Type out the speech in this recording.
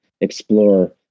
explore